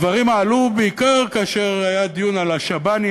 הדברים עלו בעיקר כאשר היה דיון על השב"נים